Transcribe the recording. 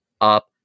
up